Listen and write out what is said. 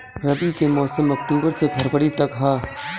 रबी के मौसम अक्टूबर से फ़रवरी तक ह